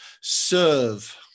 Serve